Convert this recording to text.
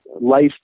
life